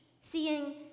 seeing